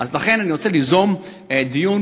לכן, אני רוצה ליזום דיון